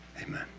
Amen